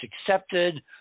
accepted